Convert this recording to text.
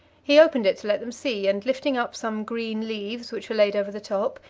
he opened it to let them see and, lifting up some green leaves which were laid over the top,